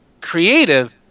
creative